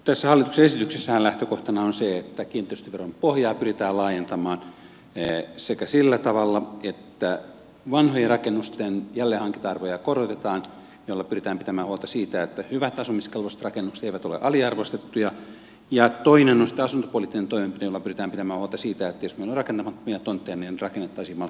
tässä hallituksen esityksessähän lähtökohtana on se että kiinteistöveron pohjaa pyritään laajentamaan ensinnäkin sillä tavalla että vanhojen rakennusten jälleenhankinta arvoja korotetaan millä pyritään pitämään huolta siitä että hyvät asumiskelpoiset rakennukset eivät ole aliarvostettuja ja toinen on sitten asuntopoliittinen toimenpide jolla pyritään pitämään huolta siitä että jos meillä on rakentamattomia tontteja niin ne rakennettaisiin mahdollisimman tehokkaasti